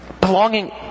Belonging